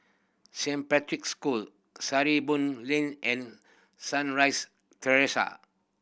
Saint Patrick's School Sarimbun Lane and Sunrise Terrace